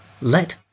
let